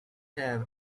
have